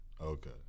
Okay